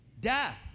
death